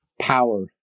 power